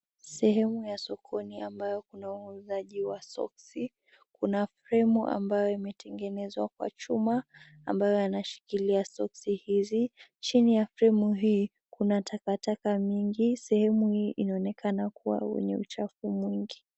Sehemu ya sokoni ambayo kuna wauzaji wa soksi. Kuna fremu ambayo imetengenezwa kwa chuma, ambayo yanashikilia soski hizi, chini ya fremu hii kuna takataka mingi, sehemu hii inaonekana kuwa wenye uchafu mwingi.